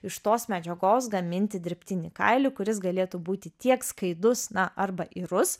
iš tos medžiagos gaminti dirbtinį kailį kuris galėtų būti tiek skaidus na arba irus